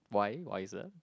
why wiser